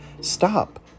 stop